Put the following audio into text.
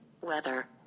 weather